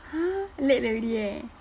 !huh! late already eh